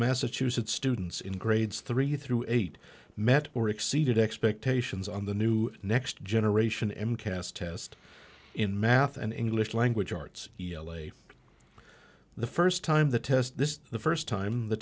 massachusetts students in grades three through eight met or exceeded expectations on the new next generation and cast test in math and english language arts yele a the first time the test this is the first time the